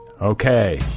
okay